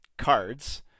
cards